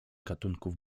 gatunków